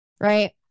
right